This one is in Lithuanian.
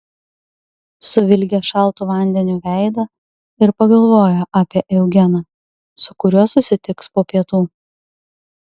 suvilgė šaltu vandeniu veidą ir pagalvojo apie eugeną su kuriuo susitiks po pietų